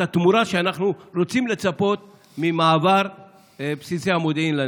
את התמורה שאנחנו רוצים לצפות לה ממעבר בסיסי המודיעין לנגב.